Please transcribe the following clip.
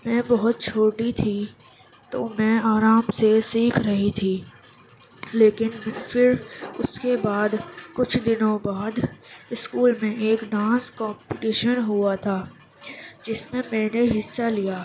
میں بہت چھوٹی تھی تو میں آرام سے سیکھ رہی تھی لیکن پھر اس کے بعد کچھ دنوں بعد اسکول میں ایک ڈانس کومپٹیشن ہوا تھا جس میں میں نے حصہ لیا